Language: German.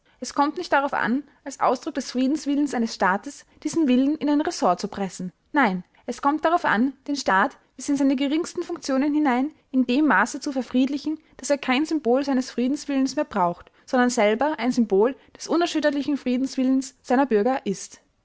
es kommt nicht darauf an als ausdruck des friedenswillens eines staates diesen willen in ein ressort zu pressen nein es kommt darauf an den staat bis in seine geringsten funktionen hinein in dem maße zu verfriedlichen daß er kein symbol seines friedenswillens mehr braucht sondern selber ein symbol des unerschütterlichen friedenswillens seiner bürger ist